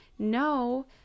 no